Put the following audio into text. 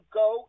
go